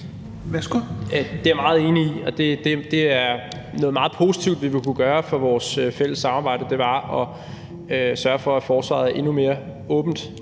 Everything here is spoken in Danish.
Det er jeg meget enig i. Noget meget positivt, vi ville kunne gøre for vores fælles samarbejde, var at sørge for, at forsvaret var endnu mere åbent